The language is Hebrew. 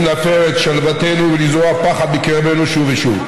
להפר את שלוותנו ולזרוע פחד בקרבנו שוב ושוב.